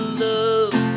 love